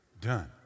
done